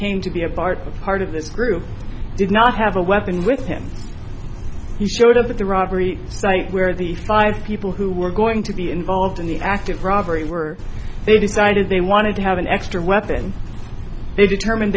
came to be a part of part of this group did not have a weapon with him he showed up at the robbery site where the five people who were going to be involved in the active robbery were they decided they wanted to have an extra weapon they determined